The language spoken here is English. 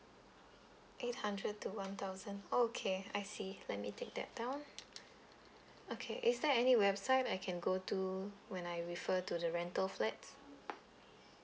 eight hundred to one thousand okay I see let me take that down okay is there any website I can go to when I refer to the rental flats